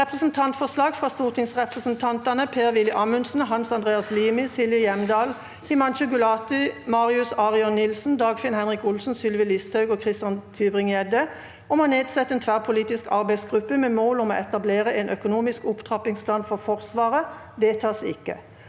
Representantforslag fra stortingsrepresentantene Per-Willy Amundsen, Hans Andreas Limi, Silje Hjemdal, Himanshu Gulati, Marius Arion Nilsen, Dagfinn Henrik Olsen, Sylvi Listhaug og Christian Tybring-Gjedde om å nedsette en tverrpolitisk arbeidsgruppe med mål om å etablere en økonomisk opptrappingsplan for Forsvaret (Innst.